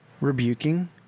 rebuking